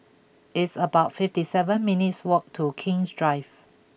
it's about fifty seven minutes' walk to King's Drive